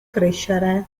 crescere